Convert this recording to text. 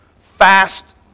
Fast